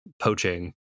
poaching